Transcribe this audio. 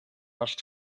rushed